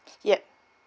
yup